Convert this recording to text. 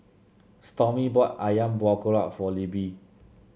Stormy bought ayam Buah Keluak for Libbie